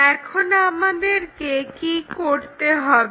এখন আমাদেরকে কি করতে হবে